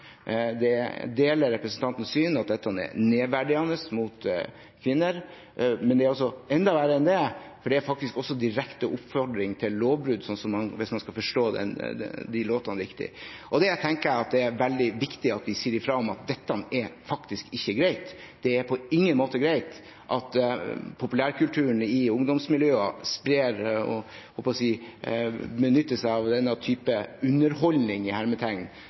deler representantens syn, at dette er nedverdigende for kvinner, men det er enda verre enn det, for det er faktisk også direkte oppfordring til lovbrudd, hvis man skal forstå de låtene riktig. Jeg tenker det er veldig viktig at vi sier fra om at dette faktisk ikke er greit. Det er på ingen måte greit at populærkulturen i ungdomsmiljøene sprer og benytter seg av denne type «underholdning», for dette er på ingen måte bra. Da er det viktig at vi sier i